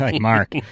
Mark